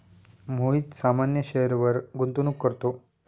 मोहित सामान्य शेअरवर गुंतवणूक करतो